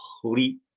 complete